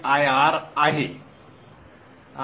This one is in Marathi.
cir आहे